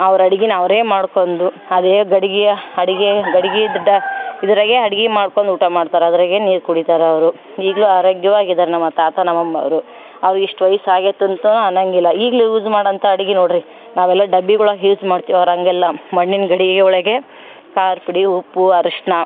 ಅವ್ರ ಅಡಿಗೆ ಅವರೇ ಮಾಡ್ಕೊಂಡು ಅದೇ ಗಡಿಗೆಯ ಅಡಿಗೆ ಗಡಿಗೆಡ್ಡ ಇದ್ರಾಗೆ ಅಡಿಗೆ ಮಾಡ್ಕೊಂಡು ಊಟ ಮಾಡ್ತಾರ ಅದ್ರಾಗೇ ನೀರು ಕುಡಿತಾರೆ ಅವರು ಈಗಲು ಆರೋಗ್ಯವಾಗಿದ್ದಾರೆ ನಮ್ಮ ತಾತ ನಮ್ಮ ಅಮ್ಮನವ್ರು ಅವ್ರಿಗೆ ಇಷ್ಟು ವಯಸ್ಸು ಆಗ್ಯಾತಂತ ಅನ್ನೊಂಗಿಲ್ಲ ಈಗಲು ಯೂಸ್ ಮಾಡೋಂಥ ಅಡಿಗೆ ನೋಡ್ರಿ ನಾವೆಲ್ಲ ಡಬ್ಬಿಗುಳಾಗೆ ಯೂಸ್ ಮಾಡ್ತೇವೆ ಅವ್ರು ಹಂಗೆಲ್ಲ ಮಣ್ಣಿನ ಗಡಿಗೆ ಒಳಗೆ ಖಾರಪುಡಿ ಉಪ್ಪು ಅರ್ಶಿಣ